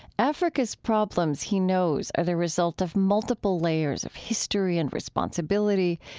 africa's problems, he knows, are the result of multiple layers of history and responsibility.